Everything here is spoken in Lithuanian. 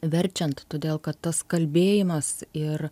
verčiant todėl kad tas kalbėjimas ir